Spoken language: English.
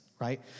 right